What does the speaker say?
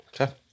okay